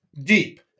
deep